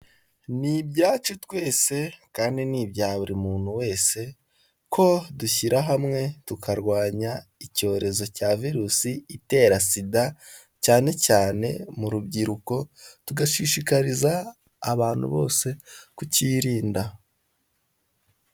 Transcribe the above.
Ni ibyacu twese, kandi ni ibya buri muntu wese, ko dushyira hamwe tukarwanya icyorezo cya virusi itera sida, cyane cyane mu rubyiruko, tugashishikariza abantu bose kukirinda.